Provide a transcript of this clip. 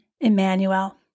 Emmanuel